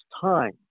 time